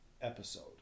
episode